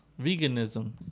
veganism